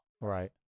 Right